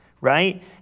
right